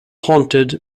haunted